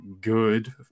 good